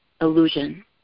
Illusion